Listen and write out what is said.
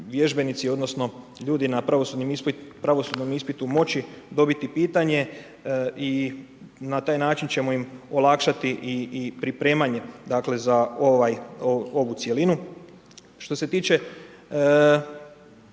odnosno, ljudi na pravosudnom ispitu moći dobiti pitanje i na taj način ćemo im olakšati i pripremanje za ovu cjelinu.